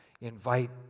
invite